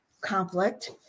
conflict